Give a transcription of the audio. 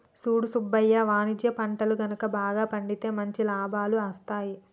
సూడు సుబ్బయ్య వాణిజ్య పంటలు గనుక బాగా పండితే మంచి లాభాలు అస్తాయి